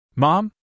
Mom